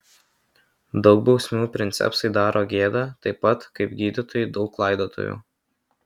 daug bausmių princepsui daro gėdą taip pat kaip gydytojui daug laidotuvių